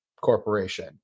corporation